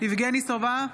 יבגני סובה,